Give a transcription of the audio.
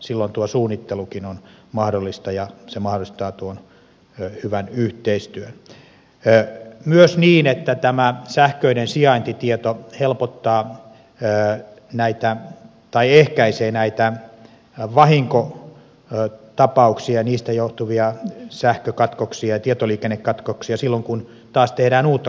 silloin tuo suunnittelukin on mahdollista ja se mahdollistaa tuon hyvän yhteistyön myös niin että tämä sähköinen sijaintitieto ehkäisee näitä vahinkotapauksia ja niistä johtuvia sähkökatkoksia ja tietoliikennekatkoksia silloin kun taas tehdään uutta kaivuutyötä